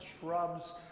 shrubs